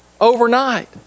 overnight